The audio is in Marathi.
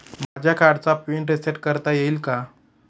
माझ्या कार्डचा पिन रिसेट करता येईल का?